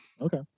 Okay